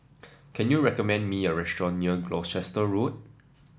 can you recommend me a restaurant near Gloucester Road